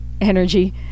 energy